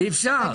אי אפשר.